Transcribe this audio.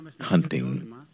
hunting